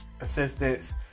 assistance